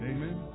Amen